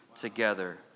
together